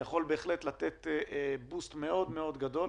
זה יכול לתת בוסט מאוד גדול,